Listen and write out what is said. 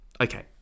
okay